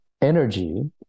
Energy